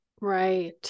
Right